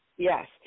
Yes